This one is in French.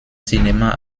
cinéma